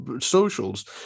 socials